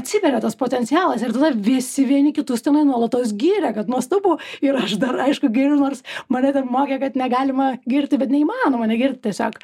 atsiveria tas potencialas ir visi vieni kitus tenai nuolatos giria kad nuostabu ir aš dar aišku giriu nors mane ten mokė kad negalima girti bet neįmanoma negirt tiesiog